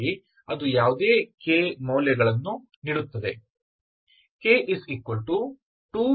ಹಾಗಾಗಿ ಅದು ಯಾವುದೇ k ಮೌಲ್ಯಗಳನ್ನು ನೀಡುತ್ತದೆ